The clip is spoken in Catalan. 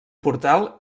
portal